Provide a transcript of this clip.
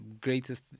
greatest